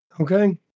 Okay